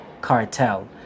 cartel